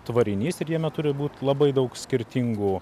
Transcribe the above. tvarinys ir jame turi būt labai daug skirtingų